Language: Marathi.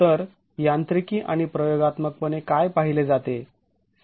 तर यांत्रिकी आणि प्रयोगात्मक पणे काय पाहिले जाते